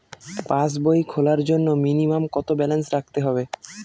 পাসবই খোলার জন্য মিনিমাম কত ব্যালেন্স রাখতে হবে?